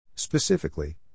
Specifically